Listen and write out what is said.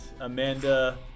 Amanda